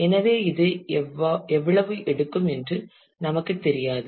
எனவே இது எவ்வளவு எடுக்கும் என்று நமக்கு தெரியாது